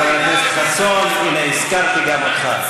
חבר הכנסת חסון, הנה, הזכרתי גם אותך.